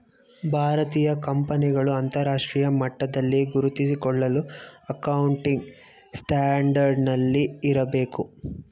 ಭಾರತೀಯ ಕಂಪನಿಗಳು ಅಂತರರಾಷ್ಟ್ರೀಯ ಮಟ್ಟದಲ್ಲಿ ಗುರುತಿಸಿಕೊಳ್ಳಲು ಅಕೌಂಟಿಂಗ್ ಸ್ಟ್ಯಾಂಡರ್ಡ್ ನಲ್ಲಿ ಇರಬೇಕು